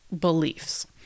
beliefs